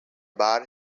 bar